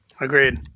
Agreed